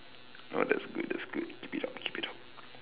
ah that's good that's good keep it up keep it up